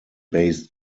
based